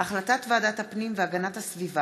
יעקב מרגי, יגאל גואטה, סתיו שפיר,